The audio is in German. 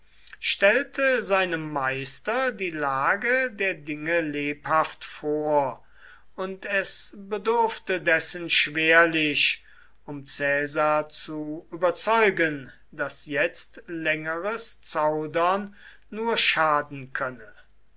stellte seinem meister die lage der dinge lebhaft vor und es bedurfte dessen schwerlich um caesar zu überzeugen daß jetzt längeres zaudern nur schaden könne